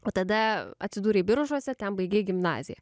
o tada atsidūrei biržuose ten baigei gimnaziją